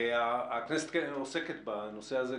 הכנסת כן עוסקת בנושא הזה.